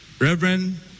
Reverend